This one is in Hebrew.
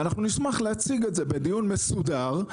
ואנחנו נשמח להציג את זה בדיון מסודר,